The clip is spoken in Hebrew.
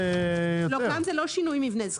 כאן זה לא שינוי מבנה.